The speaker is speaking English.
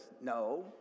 no